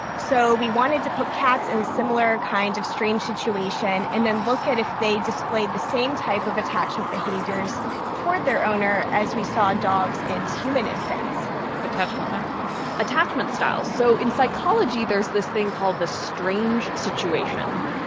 so we wanted to put cats in a similar kind of strange situation and then look at if they displayed the same type of attachment behaviors toward their owner as we saw dogs and human infants attach what attachment style. so in psychology, there's this thing called the strange situation.